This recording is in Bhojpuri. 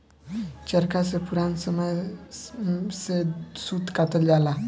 चरखा से पुरान समय में सूत कातल जाला